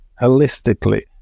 holistically